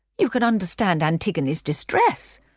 you can understand antigone's distress.